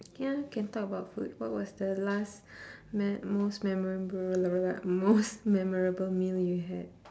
ya can talk about food what was the last me~ most memorable most memorable meal you had